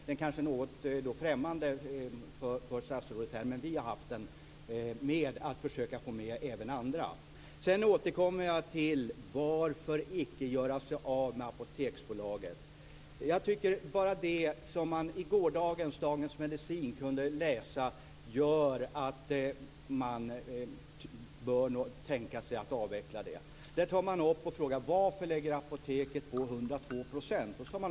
Det är kanske något främmande för statsrådet men vi har haft med att försöka få med även andra. Jag återkommer till frågan: Varför icke göra sig av med Apoteksbolaget? Det som i gårdagens Dagens Medicin kunde läsas gör att man nog bör tänka sig en avveckling. Där ställs frågan: Varför lägger Apoteket på 102 %.